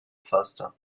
faster